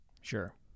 Sure